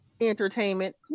entertainment